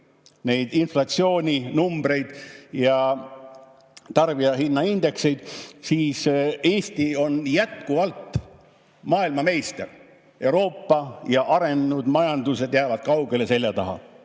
neid inflatsiooninumbreid ja tarbijahinnaindeksit, siis [näeme, et] Eesti on jätkuvalt maailmameister. Euroopa ja arenenud majandused jäävad kaugele seljataha.